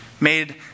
Made